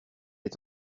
est